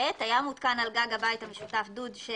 (ב) היה מותקן על גג הבית המשותף דוד שמש